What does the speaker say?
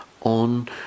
on